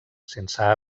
sense